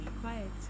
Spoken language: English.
quiet